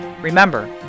Remember